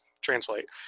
translate